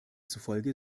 zufolge